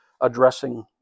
addressing